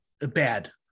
bad